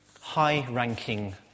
high-ranking